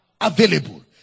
available